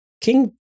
King